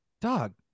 Dog